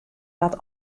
wat